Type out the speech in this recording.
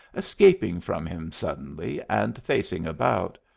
escaping from him suddenly, and facing about.